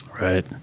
Right